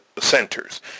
centers